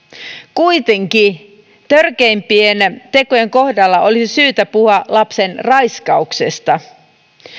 kuitenkin törkeimpien tekojen kohdalla olisi syytä puhua lapsen raiskauksesta